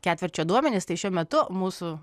ketvirčio duomenys tai šiuo metu mūsų